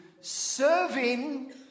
serving